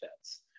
fits